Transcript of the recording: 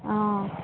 অঁ